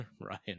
Ryan